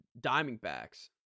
Diamondbacks